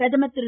பிரதமர் திரு